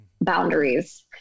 boundaries